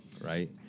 right